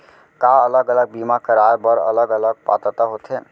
का अलग अलग बीमा कराय बर अलग अलग पात्रता होथे?